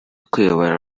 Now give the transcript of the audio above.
kuyobora